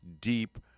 deep